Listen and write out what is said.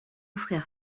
frère